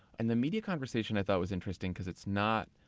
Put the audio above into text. and the media conversation i thought was interesting, because it's not.